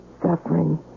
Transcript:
suffering